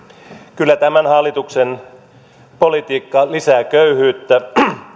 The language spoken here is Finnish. kyllä tämän hallituksen politiikka lisää köyhyyttä